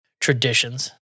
traditions